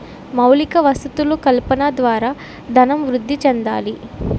మౌలిక వసతులు కల్పన ద్వారా ధనం వృద్ధి చెందాలి